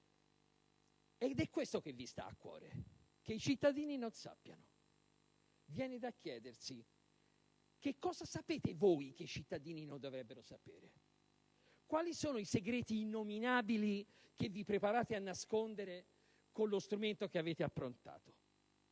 Ed è questo che vi sta a cuore: che i cittadini non sappiano. Viene da chiedersi: che cosa sapete voi che i cittadini non dovrebbero sapere? Quali sono i segreti innominabili che vi preparate a nascondere con lo strumento che avete approntato?